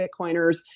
Bitcoiners